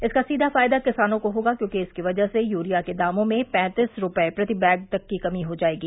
इसका सीधा फायदा किसानों को होगा क्योंकि इसकी वजह से यूरिया के दाम में पैतीस रूपये प्रति वैग तक की कमी हो जायेगी